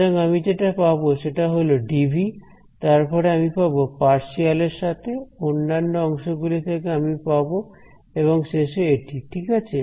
সুতরাং আমি যেটা পাবো সেটা হল ডিভি তারপরে আমি পাব পার্শিয়াল এর সাথে অন্য অংশগুলি থেকে আমি এই পাব এবং শেষে এটি ঠিক আছে